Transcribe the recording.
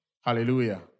Hallelujah